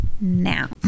now